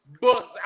books